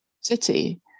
city